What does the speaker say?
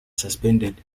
suspended